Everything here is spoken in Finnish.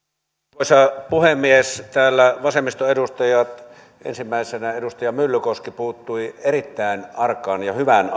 arvoisa puhemies täällä vasemmiston edustajat ensimmäisenä edustaja myllykoski puuttuivat erittäin arkaan ja hyvään